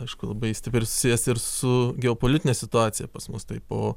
aišku labai stipriai susijęs ir su geopolitine situacija pas mus tai po